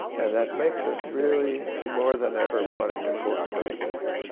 and that makes us really more than ever wanting to cooperate with you.